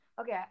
Okay